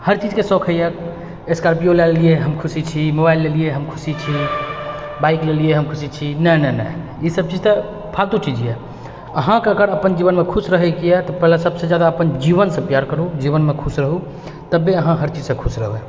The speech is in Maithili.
हरचीजके शौक होइए स्कोर्पियो लए लेलियै हम खुशी छी मोबाइल लए लेलियै हम खुशी छी बाइक लए लेलिए हम खुशी छी नहि नहि नहि ई सब चीज तऽ फालतू चीज यऽ अहाँके अगर अपन जीवनमे खुश रहैके यऽ तऽ पहिले सबसँ जादा अपन जीवनसँ प्यार करू जीवनमे खुश रहू तब्बे अहाँ हर चीजसँ खुश रहबै